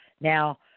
Now